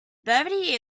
brevity